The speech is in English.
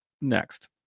next